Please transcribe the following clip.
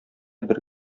бер